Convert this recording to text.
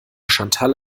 chantal